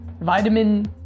vitamin